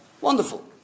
Wonderful